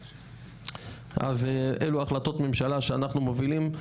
אז אלו החלטת ממשלה שאנחנו מובילים.